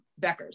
Beckers